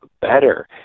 better